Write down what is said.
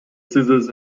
scissors